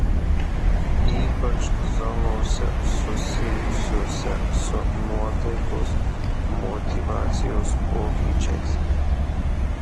ypač zonose susijusiose su nuotaikos motyvacijos pokyčiais